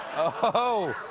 oh,